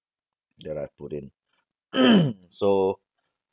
that I put in so